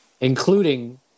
including